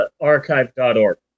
Archive.org